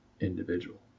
Individual